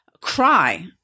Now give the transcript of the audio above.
cry